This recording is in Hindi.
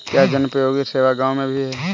क्या जनोपयोगी सेवा गाँव में भी है?